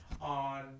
on